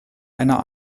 einer